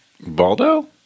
Baldo